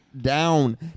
down